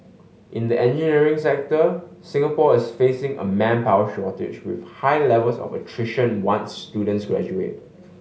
in the engineering sector Singapore is facing a manpower shortage with high levels of attrition once students graduate